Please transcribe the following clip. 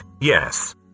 Yes